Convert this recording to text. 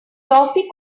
toffee